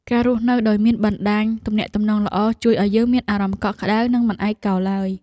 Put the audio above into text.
ការរស់នៅដោយមានបណ្តាញទំនាក់ទំនងល្អជួយឱ្យយើងមានអារម្មណ៍កក់ក្តៅនិងមិនឯកោឡើយ។